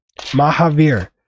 Mahavir